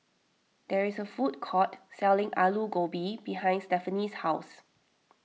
there is a food court selling Aloo Gobi behind Stephanie's house